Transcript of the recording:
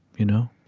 you know?